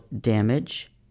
Damage